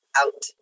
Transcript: out